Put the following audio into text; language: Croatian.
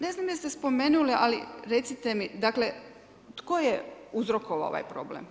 Ne znam jeste spomenuli ali recite mi tko je uzrokovao ovaj problem?